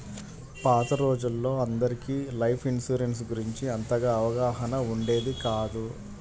పాత రోజుల్లో అందరికీ లైఫ్ ఇన్సూరెన్స్ గురించి అంతగా అవగాహన ఉండేది కాదు